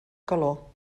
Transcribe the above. calor